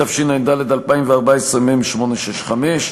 התשע"ד 2014, מ/865,